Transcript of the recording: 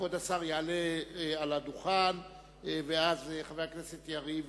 כבוד השר יעלה על הדוכן ואז חבר הכנסת יריב